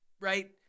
right